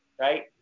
right